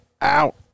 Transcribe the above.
out